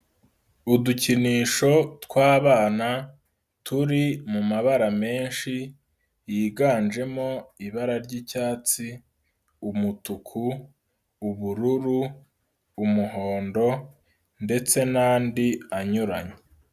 Udukinisho tw'abana turi mu mabara menshi yiganjemo: ibara ry'icyatsi, umutuku, ubururu, umuhondo ndetse n'andi anyuranye.